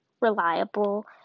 reliable